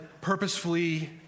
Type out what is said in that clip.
purposefully